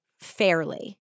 fairly